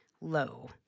low